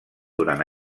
durant